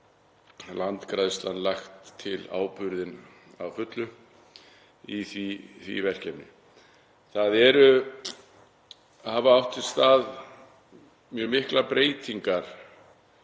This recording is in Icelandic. Landgræðslan lagt til áburðinn að fullu í því verkefni. Það hafa átt sér stað mjög miklar breytingar,